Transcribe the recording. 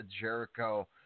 Jericho